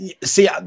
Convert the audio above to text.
See